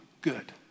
good